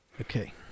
Okay